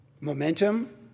momentum